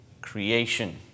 creation